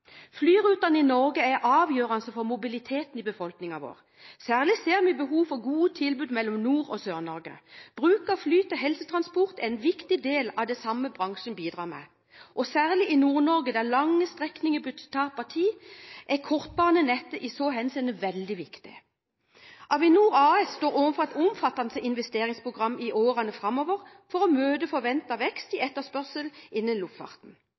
Flyrutene i Norge er avgjørende for mobiliteten i befolkningen vår. Særlig ser vi behovet for gode tilbud mellom Nord-Norge og Sør-Norge. Bruk av fly til helsetransport er en viktig del av det denne bransjen bidrar med. Særlig i Nord-Norge, der lange strekninger betyr tap av tid, er kortbanenettet i så henseende veldig viktig. Avinor AS står overfor et omfattende investeringsprogram i årene framover for å møte forventet vekst i etterspørsel innen luftfarten.